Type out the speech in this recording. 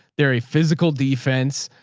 they're a physical defense.